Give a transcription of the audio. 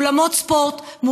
מאולמות ספורט,